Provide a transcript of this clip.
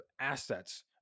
assets